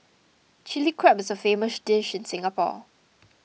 Chilli Crab is a famous dish in Singapore